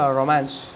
romance